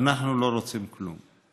אנחנו לא רוצים כלום.